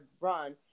run